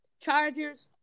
Chargers